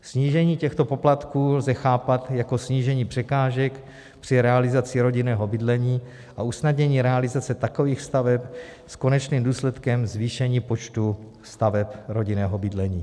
Snížení těchto poplatků lze chápat jako snížení překážek při realizaci rodinného bydlení a usnadnění realizace takových staveb s konečným důsledkem zvýšení počtu staveb rodinného bydlení.